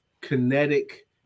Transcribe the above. kinetic